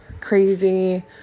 crazy